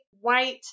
white